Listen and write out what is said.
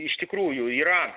iš tikrųjų yra